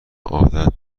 عادت